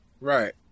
Right